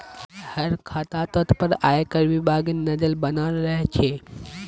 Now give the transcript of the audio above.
हर खातातोत पर आयकर विभागेर नज़र बनाल रह छे